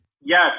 yes